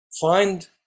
find